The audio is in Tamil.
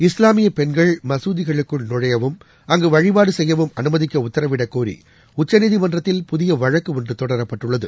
இஸ்லாமியப் பெண்கள் மசூதிகளுக்குள் நுழையவும் அங்குவழிபாடுசெய்யவும் அனுமதிக்கஉத்தரவிடக்கோரிஉச்சநீதிமன்றத்தில் புதியவழக்குஒன்றுதொடரப்பட்டுள்ளது